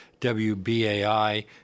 WBAI